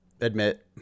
admit